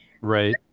Right